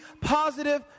positive